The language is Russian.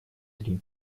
три